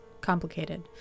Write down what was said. complicated